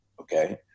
Okay